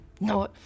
No